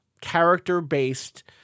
character-based